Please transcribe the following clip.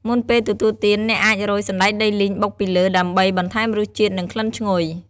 មុនពេលទទួលទាន អ្នកអាចរោយ សណ្ដែកដីលីងបុកពីលើ ដើម្បីបន្ថែមរសជាតិ និងក្លិនឈ្ងុយ។